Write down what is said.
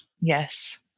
Yes